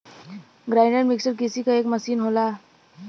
grinder mixer कृषि क एक मसीन होला